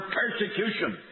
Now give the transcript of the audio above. persecution